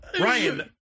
Ryan